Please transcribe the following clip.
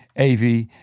AV